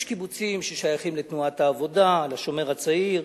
יש קיבוצים ששייכים לתנועת העבודה, ל"שומר הצעיר",